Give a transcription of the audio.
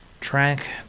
track